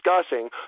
discussing